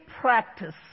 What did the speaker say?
practice